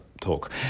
talk